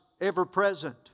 ever-present